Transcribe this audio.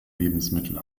lebensmittel